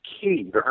key